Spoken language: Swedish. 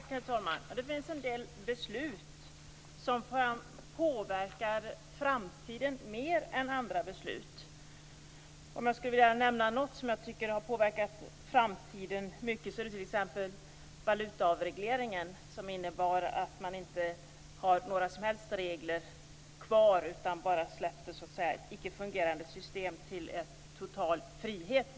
Herr talman! Det finns en del beslut som påverkar framtiden mer än andra beslut. Jag skulle vilja nämna något som har påverkat framtiden mycket, t.ex. valutaavregleringen. Det innebär att det inte finns några regler kvar, icke-fungerande system släpptes i total frihet.